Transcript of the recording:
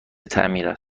تعمیر